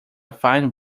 fine